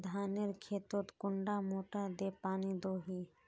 धानेर खेतोत कुंडा मोटर दे पानी दोही?